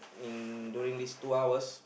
in during these two hours